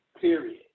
Period